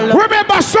remember